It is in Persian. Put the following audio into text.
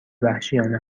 وحشیانه